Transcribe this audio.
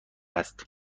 است